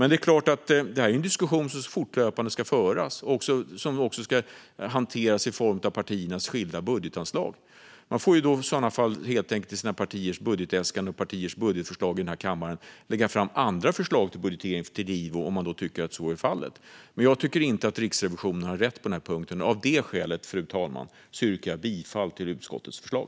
Detta är en diskussion som ska föras fortlöpande och också hanteras i partiernas skilda budgetanslag. Partierna får i sina budgetförslag lägga fram andra förslag till budgetering för IVO om de vill det. Men jag tycker inte att Riksrevisionen har rätt på den här punkten. Av det skälet, fru talman, yrkar jag bifall till utskottets förslag.